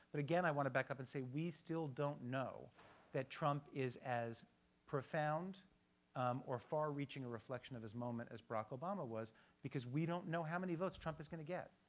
but again, i want to back up and say we still don't know that trump is as profound or far reaching a reflection of his moment as barack obama was because we don't know how many votes trump is going to get.